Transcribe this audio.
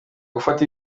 gufata